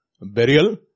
burial